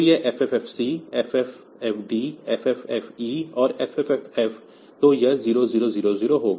तो यह FFFC FFFD FFFE और FFFF तो यह 0000 होगा